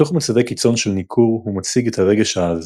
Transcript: בתוך מצבי קיצון של ניכור הוא מציג את הרגש העז,